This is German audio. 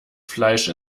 fleisch